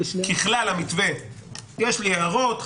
ככלל על המתווה יש לי הערות,